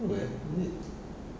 where is it ya